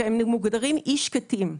שהם מוגדרים "אי שקטים".